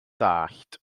dallt